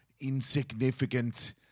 insignificant